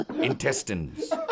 intestines